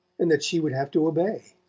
and that she would have to obey.